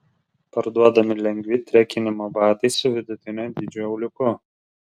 parduodami lengvi trekinimo batai su vidutinio dydžio auliuku